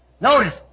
Notice